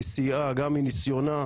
וסייעה גם מניסיונה,